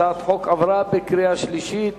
הצעת החוק עברה בקריאה שלישית